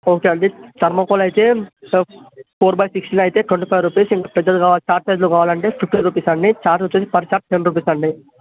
okay అండి thermocol అయితే so four by sixteen అయితే ట్వంటీ ఫైవ్ రుపీస్ ఇంకా పెద్దది కావాలంటే చార్ట్ సైజులో కావాలంటే ఫిఫ్టీ రూపీస్ అండి చార్ట్ వచ్చి పర్ చార్ట్ టెన్ రుపీస్ అండి